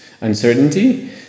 uncertainty